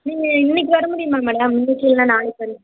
நீங்கள் இன்னிக்கி வர முடியுமா மேடம் இன்னிக்கி இல்லைனா நாளைக்கு